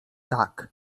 tak